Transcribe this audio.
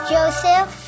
Joseph